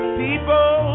people